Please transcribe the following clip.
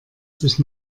sich